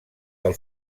del